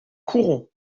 courons